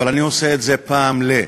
אבל אני עושה את זה פעם ב-,